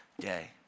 day